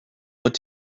what